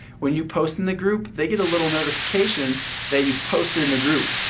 when you post in the group, they get a little notification that you've posted in the group.